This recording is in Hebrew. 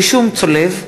(רישום צולב),